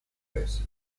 this